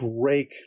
break